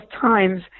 times